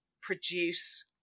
produce